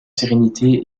sérénité